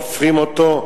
חופרים אותו,